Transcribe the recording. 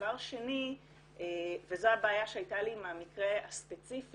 דבר שני, וזו הבעיה שהייתה לי עם המקרה הספציפי